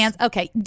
Okay